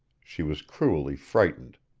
she was cruelly frightened.